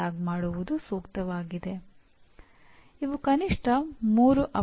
"accountability" ಹೊಣೆಗಾರಿಕೆಯನ್ನು ಒತ್ತಿಹೇಳುತ್ತದೆ